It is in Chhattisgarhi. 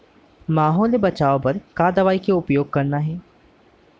माहो ले बचाओ बर का दवई के उपयोग करना हे?